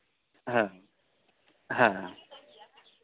ᱦᱮᱸ ᱦᱮᱸ